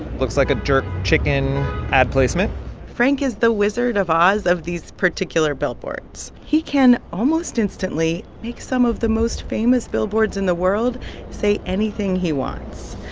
looks like a jerk chicken ad placement frank is the wizard of oz of these particular billboards. he can almost instantly make some of the most famous billboards in the world say anything he wants,